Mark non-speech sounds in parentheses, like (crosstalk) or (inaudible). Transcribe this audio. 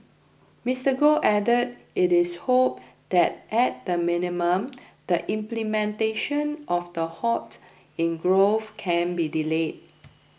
Mister Goh added it is hoped that at the minimum the implementation of the halt in growth can be delayed (noise)